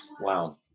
Wow